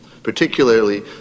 particularly